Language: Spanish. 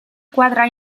cuadra